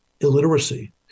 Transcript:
illiteracy